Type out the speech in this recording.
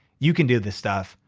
you can do this stuff.